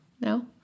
No